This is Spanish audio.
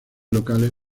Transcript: locales